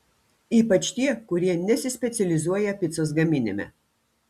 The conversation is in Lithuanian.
ypač tie kurie nesispecializuoja picos gaminime